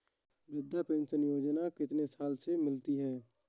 वृद्धा पेंशन योजना कितनी साल से मिलती है?